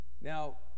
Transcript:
Now